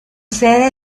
sede